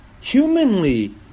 humanly